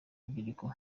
urubyiruko